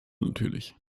natürlich